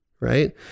right